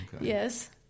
Yes